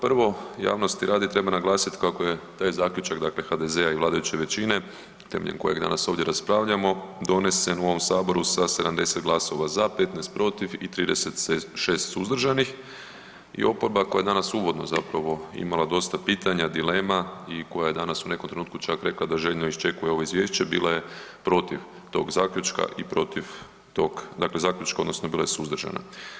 Prvo, javnosti radi, treba naglasiti kako je taj zaključak dakle HDZ-a i vladajuće većine temeljem kojeg danas ovdje danas raspravljamo, donesen u ovom Saboru sa 70 glasova, 15 protiv i 36 suzdržanih i oporba koja je danas uvodno imala dosta pitanja, dilema i koja je danas u nekom trenutku rekla da željno očekuje ovo izvješće, bila je protiv tog zaključka i protiv tog, dakle zaključka, odnosno bila je suzdržana.